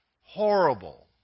Horrible